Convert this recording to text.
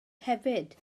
hefyd